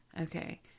Okay